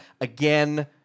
again